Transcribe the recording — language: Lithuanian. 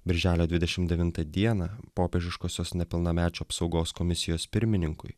birželio dvidešim devintą dieną popiežiškosios nepilnamečių apsaugos komisijos pirmininkui